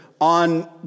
on